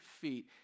feet